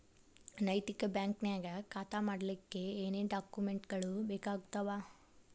ನೈತಿಕ ಬ್ಯಾಂಕ ನ್ಯಾಗ್ ಖಾತಾ ಮಾಡ್ಲಿಕ್ಕೆ ಏನೇನ್ ಡಾಕುಮೆನ್ಟ್ ಗಳು ಬೇಕಾಗ್ತಾವ?